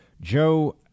Joe